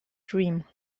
dream